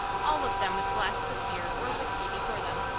all of them with glasses of beer or whiskey before them.